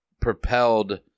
propelled